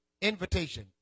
invitation